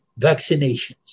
vaccinations